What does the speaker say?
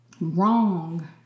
Wrong